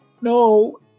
No